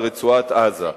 על רצועת-עזה.